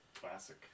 classic